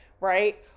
right